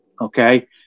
Okay